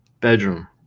bedroom